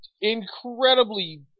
incredibly